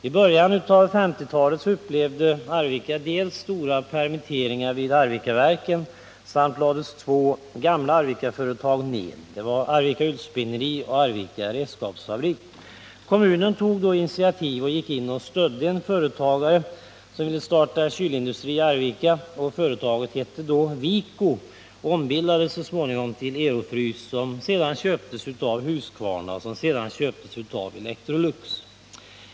I början av 1950-talet upplevde Arvika dels stora permitteringar vid Arvikaverken, dels lades två gamla Arvikaföretag ner, Arvika ullspinneri och väfveri och Arvika redskapsfabrik. Kommunen tog då initiativ och gick in och stödde en företagare som ville starta kylindustri i Arvika. Företaget hette då Viko och ombildades så småningom till Ero-Frys, som sedan köptes av Husqvarna, som sedan köptes av Electrolux.